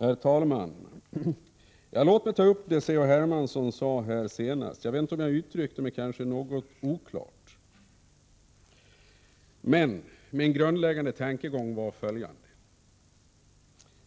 Herr talman! Låt mig ta upp det som C.-H. Hermansson sade här senast. Jag uttryckte mig kanske något oklart, men min grundläggande tankegång var följande.